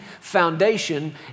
foundation